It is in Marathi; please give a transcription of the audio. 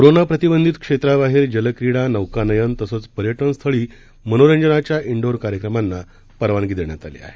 कोरोना प्रतिबंधित क्षेत्राबाहेर जलक्रीडा नौकानयन तसंच पर्यटन स्थळी मनोरंजनाच्या इनडोअर कार्यक्रमांना परवानगी देण्यात आली आहे